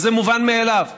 וזה מובן מאליו.